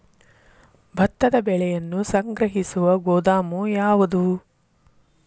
ಭತ್ತದ ಬೆಳೆಯನ್ನು ಸಂಗ್ರಹಿಸುವ ಗೋದಾಮು ಯಾವದು?